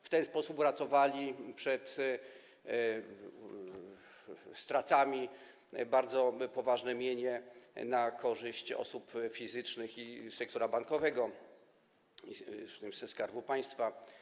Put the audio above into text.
W ten sposób uratowali przed stratami bardzo poważne mienie na korzyść osób fizycznych i sektora bankowego, Skarbu Państwa.